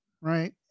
right